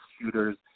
shooters